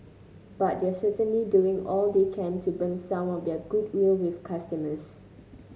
but they're certainly doing all they can to burn some of their goodwill with customers